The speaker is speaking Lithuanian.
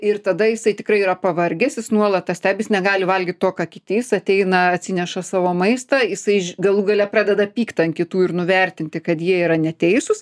ir tada jisai tikrai yra pavargęs jis nuolat tą stebi jis negali valgyt to ką kiti jis ateina atsineša savo maistą jisai galų gale pradeda pykt ant kitų ir nuvertinti kad jie yra neteisūs